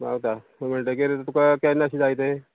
पावता खंय म्हणटगीर तुका केन्ना अशें जाय तें